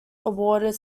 awarded